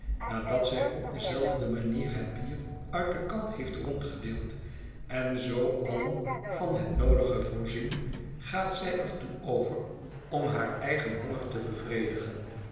nadat zij op dezelfde manier het bier uit de kan heeft rondgedeeld én zoo allen van het noodige voorzien gaat zij er toe over om haar eigen honger te bevredigen